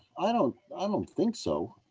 i don't um um think so